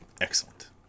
Excellent